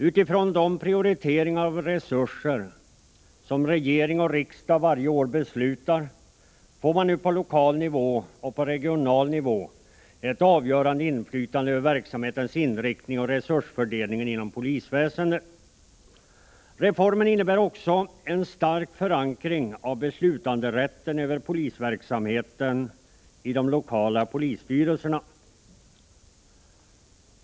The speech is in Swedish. Utifrån de prioriteringar av resurser som regering och riksdag varje år beslutar om, får man nu på lokal och regional nivå ett avgörande inflytande över verksamhetens inriktning och resursfördelningen inom polisväsendet. Reformen innebär också en stark förankring av beslutanderätten över polisverksamheten i de lokala polisstyrelserna.